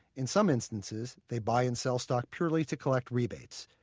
in some instances, they buy and sell stock purely to collect rebates.